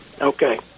Okay